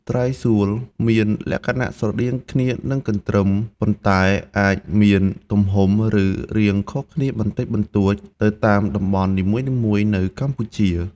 ត្រីសូល មានលក្ខណៈស្រដៀងគ្នានឹងកន្ទ្រឹម ប៉ុន្តែអាចមានទំហំ ឬរាងខុសគ្នាបន្តិចបន្តួចទៅតាមតំបន់នីមួយៗនៅកម្ពុជា។